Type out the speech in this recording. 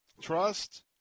trust